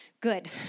Good